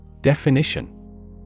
Definition